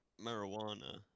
marijuana